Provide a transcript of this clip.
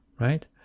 right